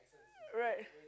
right